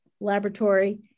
Laboratory